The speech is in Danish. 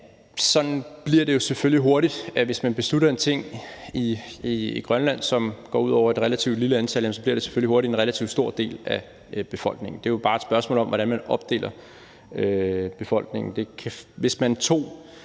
sådan bliver det jo selvfølgelig hurtigt. Hvis man beslutter en ting i Grønland, som går ud over et relativt lille antal, bliver det selvfølgelig hurtigt en relativt stor del af befolkningen. Det er jo bare et spørgsmål om, hvordan man opdeler befolkningen.